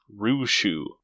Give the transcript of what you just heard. Rushu